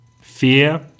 fear